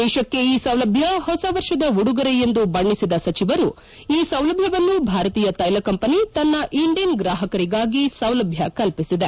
ದೇಶಕ್ಕೆ ಈ ಸೌಲಭ್ಡ ಹೊಸ ವರ್ಷದ ಉಡುಗೊರೆ ಎಂದು ಬಣ್ಣಿಸಿದ ಸಚಿವರು ಈ ಸೌಲಭ್ಯವನ್ನು ಭಾರತೀಯ ತೈಲ ಕಂಪನಿ ತನ್ನ ಇಂಡೇನ್ ಎಲ್ವಿಜಿ ಗ್ರಾಹಕರಿಗಾಗಿ ಈ ಸೌಲಭ್ಯ ಕಲ್ಪಿಸಿದೆ